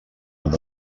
amb